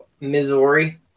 Missouri